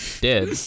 Dead